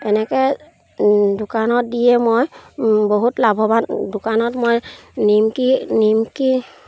এনেকৈ দোকানত দিয়ে মই বহুত লাভৱান দোকানত মই নিমকি নিমকি